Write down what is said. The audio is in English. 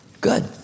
Good